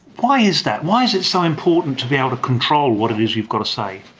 why is that, why is it so important to be able to control what it is you've got to say?